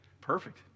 perfect